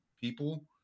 people